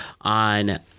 on